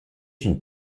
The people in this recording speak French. une